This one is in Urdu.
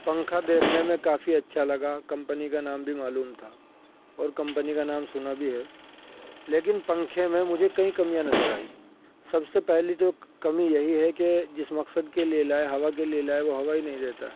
پنکھا دیکھنے میں کافی اچھا لگا کمپنی کا نام بھی معلوم تھا اور کمپنی کا نام سنا بھی ہے لیکن پنکھے میں مجھے کئی کمیاں نظر آئی سب سے پہلی تو کمی یہی ہے کہ جس مقصد کے لیے لایا ہوا کے لیے لائے وہ ہوا ہی نہیں دیتا